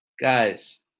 guys